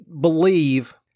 believe